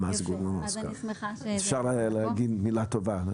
אפשר להגיד מילה טובה.